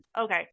Okay